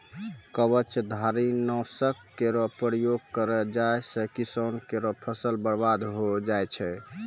कवचधारी? नासक केरो प्रयोग करलो जाय सँ किसान केरो फसल बर्बाद होय जाय छै